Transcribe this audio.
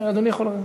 אדוני יכול לרדת.